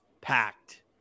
packed